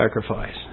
sacrifice